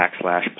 backslash